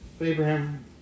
Abraham